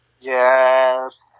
Yes